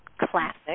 classic